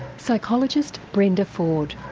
psychologist brenda ford.